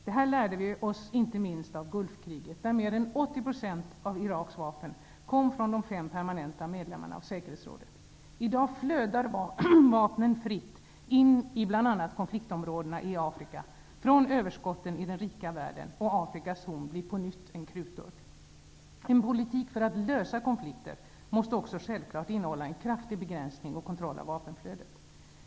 Detta lärde vi oss inte minst av Gulfkriget, där mer än 80 % av Iraks vapen kom från de fem permanenta medlemmarna av säkerhetsrådet. I dag flödar vapnen fritt in i bl.a. konfliktområdena i Afrika från överskotten i den rika världen, och Afrikas Horn blir på nytt en krutdurk. En politik för att lösa konflikter måste självfallet också innehålla en kraftig begränsning och kontroll av vapenflödet.